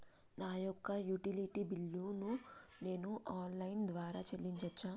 నా యొక్క utility bill ను నేను ఆన్ లైన్ ద్వారా చెల్లించొచ్చా?